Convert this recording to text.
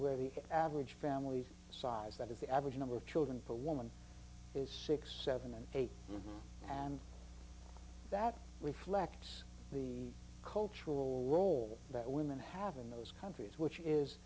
where the average family size that is the average number of children per woman is six seven and eight and that reflects the cultural role that women have in those countries which is